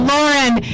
Lauren